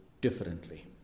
differently